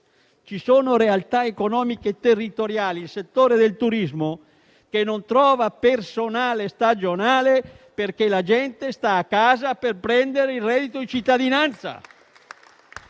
Ci sono realtà economiche territoriali, come il settore del turismo, che non trova personale stagionale perché la gente sta a casa per poter prendere il reddito di cittadinanza.